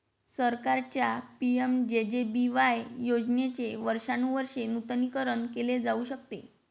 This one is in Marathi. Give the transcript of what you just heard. सरकारच्या पि.एम.जे.जे.बी.वाय योजनेचे वर्षानुवर्षे नूतनीकरण केले जाऊ शकते